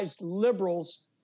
liberals